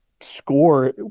score